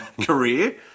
career